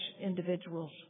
individuals